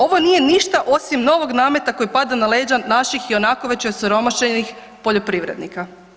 Ovo nije ništa osim novog nameta koji pada na leđa naših ionako već osiromašenih poljoprivrednika.